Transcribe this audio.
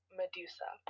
medusa